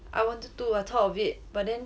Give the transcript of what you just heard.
I wanted to I thought of it but then